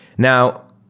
now,